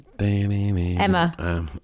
Emma